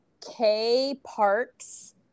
kparks